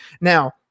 Now